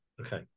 Okay